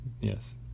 yes